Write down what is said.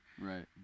Right